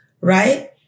right